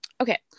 okay